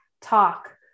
talk